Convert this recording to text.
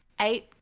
eight